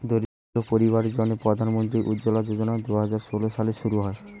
দরিদ্র পরিবারদের জন্যে প্রধান মন্ত্রী উজ্জলা যোজনা দুহাজার ষোল সালে শুরু হয়